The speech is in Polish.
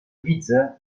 widzę